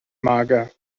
mager